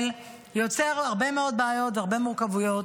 יוצר הרבה מאוד בעיות והרבה מורכבויות.